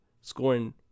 scoring